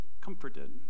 comforted